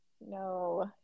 no